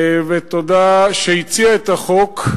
שהציע את החוק,